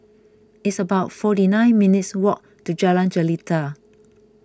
it's about forty nine minutes' walk to Jalan Jelita